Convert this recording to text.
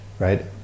Right